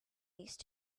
these